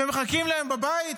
שמחכים להם בבית,